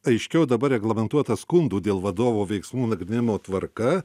aiškiau dabar reglamentuota skundų dėl vadovo veiksmų nagrinėjimo tvarka